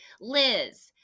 Liz